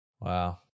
Wow